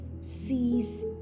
sees